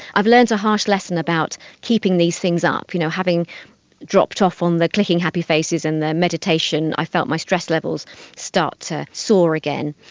i have learnt a harsh lesson about keeping these things up, you know having dropped off on the clicking happy faces and the meditation i felt my stress levels start to soar again.